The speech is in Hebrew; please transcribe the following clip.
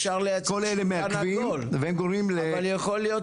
כל אלו מעכבים וגורמים ל --- אבל אפשר לייצר שולחן עגול,